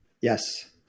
Yes